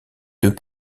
deux